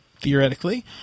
theoretically